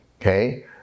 Okay